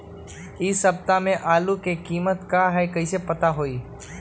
इ सप्ताह में आलू के कीमत का है कईसे पता होई?